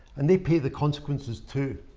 and they pay the consequences too.